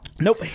nope